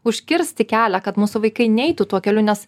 užkirsti kelią kad mūsų vaikai neitų tuo keliu nes